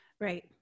Right